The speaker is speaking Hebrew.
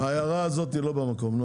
טוב.